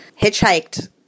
hitchhiked